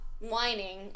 whining